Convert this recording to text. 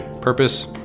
purpose